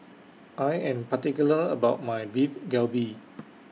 I Am particular about My Beef Galbi